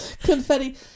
confetti